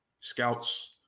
scouts